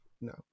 No